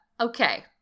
Okay